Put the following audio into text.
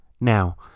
Now